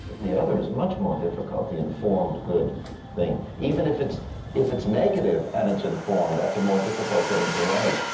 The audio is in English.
the other is much more difficult, the informed, good thing. even if it's if it's negative and it's informed, that's a more difficult thing to write.